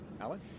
Alan